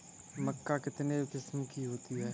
मक्का कितने किस्म की होती है?